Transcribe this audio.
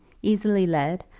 easily led,